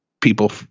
people